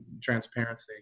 transparency